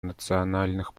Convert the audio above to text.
национальных